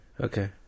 Okay